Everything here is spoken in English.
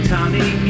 Tommy